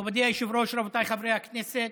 מכובדי היושב-ראש, רבותיי חברי הכנסת,